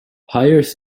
hires